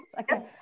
Okay